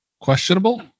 questionable